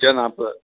kilo നാൽപ്പത്